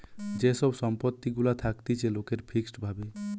যে সব সম্পত্তি গুলা থাকতিছে লোকের ফিক্সড ভাবে